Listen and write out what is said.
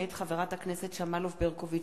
מאת חברי הכנסת דב חנין ויריב לוין,